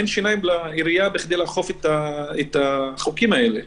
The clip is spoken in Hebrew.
אין שיניים לעירייה בכדי לאכוף את החוקים האלה.